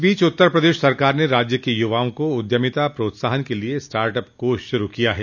इस बीच उत्तर प्रदेश सरकार ने राज्य के युवाओं को उद्यमिता प्रोत्साहन के लिए स्टार्टअप कोष शुरू किया है